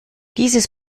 dieses